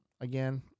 again